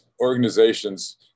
organizations